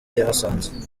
yahasanze